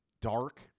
dark